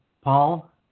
Paul